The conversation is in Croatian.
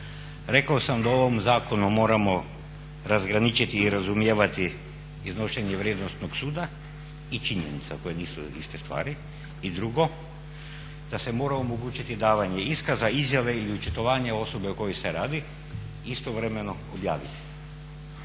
Rekao sam da u ovom zakonu moramo razgraničiti i razumijevati iznošenje vrijednosnog suda i činjenica koje nisu iste stvari. I drugo, da se mora omogućiti davanje iskaza, izjave ili očitovanja osobe o kojoj se radi i istovremeno objaviti.